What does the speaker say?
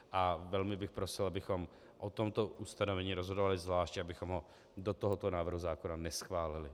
A velmi bych prosil, abychom o tomto ustanovení rozhodovali zvlášť, abychom ho to do tohoto návrhu zákona neschválili.